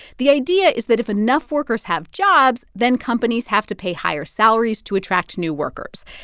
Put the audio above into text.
the idea is that if enough workers have jobs, then companies have to pay higher salaries to attract new workers.